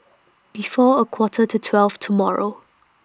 before A Quarter to twelve tomorrow